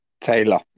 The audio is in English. Taylor